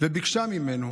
וביקשה ממנו